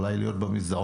אולי להיות במסדרון,